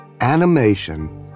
animation